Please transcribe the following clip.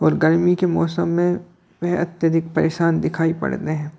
और गर्मी के मौसम में वह अत्यधिक परेशान दिखाई पड़ते हैं